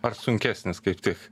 ar sunkesnis kaip tik